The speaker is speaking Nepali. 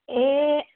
ए